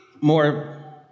more